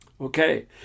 Okay